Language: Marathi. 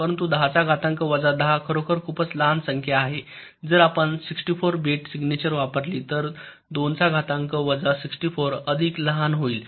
परंतु 10 चा घातांक वजा 10 खरोखर खूपच लहान संख्या आहे जर आपण 64 बिट सिग्नेचर वापरली तर २ चा घातांक वजा 64 अधिक लहान होईल